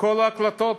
כל ההקלטות,